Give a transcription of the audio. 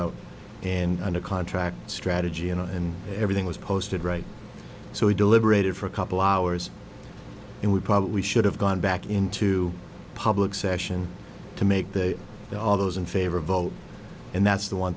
out and on a contract strategy and everything was posted right so we deliberated for a couple hours and we probably should have gone back into public session to make that all those in favor of vote and that's the one